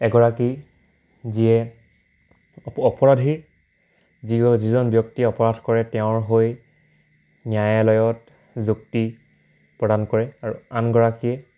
এগৰাকী যিয়ে অপৰাধীৰ যি যিজন ব্যক্তি অপৰাধ কৰে তেওঁৰ হৈ ন্যায়ালয়ত যুক্তি প্ৰদান কৰে আৰু আনগৰাকীয়ে